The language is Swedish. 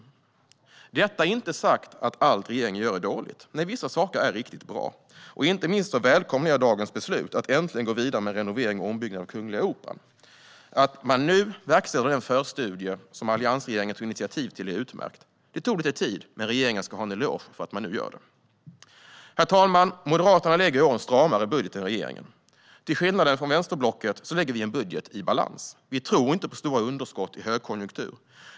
Med detta är det inte sagt att allt regeringen gör är dåligt. Nej, vissa saker är riktigt bra. Inte minst välkomnar jag dagens beslut om att äntligen gå vidare med renovering och ombyggnad av Kungliga Operan. Att man nu verkställer den förstudie som alliansregeringen tog initiativ till är utmärkt. Det tog lite tid, men regeringen ska ha en eloge för att man nu gör det. Herr talman! Moderaterna lägger i år fram en stramare budget än regeringen. Till skillnad från vänsterblocket lägger vi fram en budget i balans. Vi tror inte på stora underskott i högkonjunktur.